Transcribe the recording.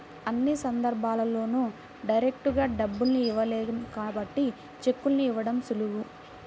అన్ని సందర్భాల్లోనూ డైరెక్టుగా డబ్బుల్ని ఇవ్వలేం కాబట్టి చెక్కుల్ని ఇవ్వడం సులువు